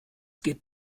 geht